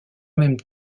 même